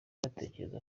batekereza